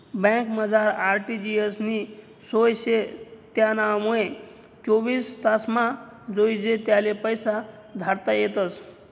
बँकमझार आर.टी.जी.एस नी सोय शे त्यानामुये चोवीस तासमा जोइजे त्याले पैसा धाडता येतस